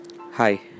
Hi